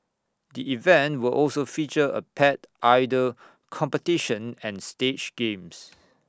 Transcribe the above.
the event will also feature A pet idol competition and stage games